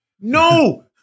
No